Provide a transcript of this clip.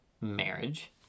marriage